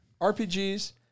RPGs